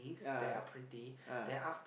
ah ah